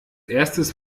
erstes